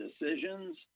decisions